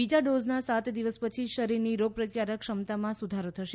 બીજા ડોઝના સાત દિવસ પછી શરીરની રોગ પ્રતિકારક ક્ષમતામાં સુધારો થશે